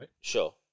sure